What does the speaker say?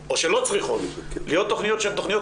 או שלא צריכות להיות תכניות שהן תכניות